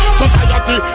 society